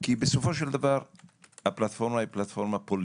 כי בסופו של דבר הפלטפורמה היא פוליטית.